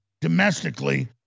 domestically